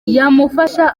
yamufasha